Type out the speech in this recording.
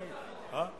שעה,